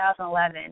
2011